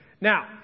Now